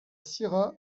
syrah